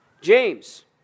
James